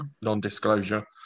non-disclosure